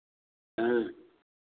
हाँ